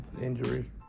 injury